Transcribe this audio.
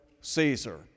Caesar